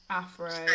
afro